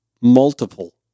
Multiple